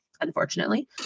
unfortunately